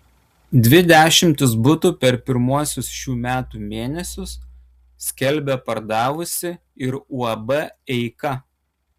dvi dešimtis butų per pirmuosius šių metų mėnesius skelbia pardavusi ir uab eika